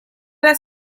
las